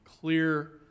clear